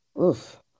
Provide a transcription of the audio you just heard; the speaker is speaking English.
Oof